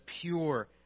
pure